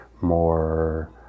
more